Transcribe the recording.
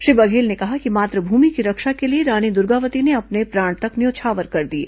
श्री बघेल ने कहा कि मातृभूमि की रक्षा के लिए रानी दुर्गावती ने अपने प्राण तक न्यौछावर कर दिये